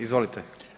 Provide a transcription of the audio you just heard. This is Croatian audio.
Izvolite.